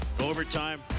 overtime